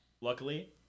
luckily